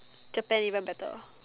Japan even better